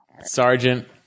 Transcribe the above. Sergeant